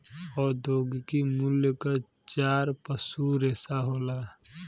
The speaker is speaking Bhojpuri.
औद्योगिक मूल्य क चार पसू रेसा होला